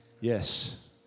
Yes